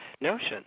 notion